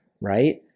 right